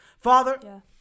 Father